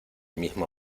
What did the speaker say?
mismo